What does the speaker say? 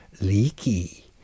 leaky